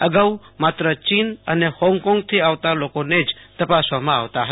અગાઉ માત્ર ચીન અને હોંગકોંગથી આવતા લોકોને જ તપાસવામાં આવતા હતા